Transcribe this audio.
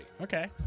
Okay